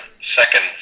Seconds